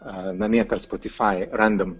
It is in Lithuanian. namie per spotify randam